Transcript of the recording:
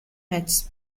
айдас